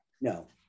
No